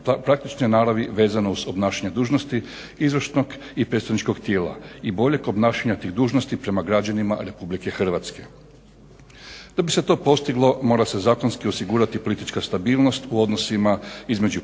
praktične naravi vezano uz obnašanje dužnosti izvršnog i predstavničkog tijela i boljeg obnašanja tih dužnosti prema građanima Republike Hrvatske. Da bi se to postiglo mora se zakonski osigurati politička stabilnost u odnosima između